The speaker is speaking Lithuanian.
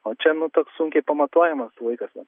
o čia nu to sunkiai pamatuojamas laikas